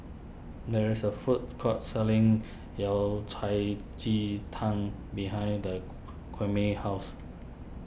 there is a food court selling Yao Cai Ji Tang behind the Kwame's house